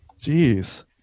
Jeez